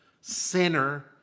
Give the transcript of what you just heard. sinner